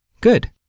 Good